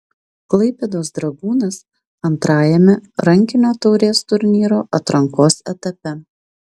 klaipėdos dragūnas antrajame rankinio taurės turnyro atrankos etape